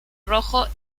rojo